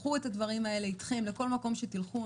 תיקחו את הדברים האלה אתכם לכל מקום שתלכו.